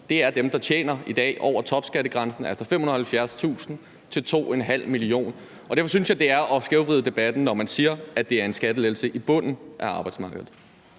dem, der i dag tjener over topskattegrænsen, altså 570.000 kr. til 2,5 mio. kr. Derfor synes jeg, det er at skævvride debatten, når man siger, at det er en skattelettelse i bunden af arbejdsmarkedet.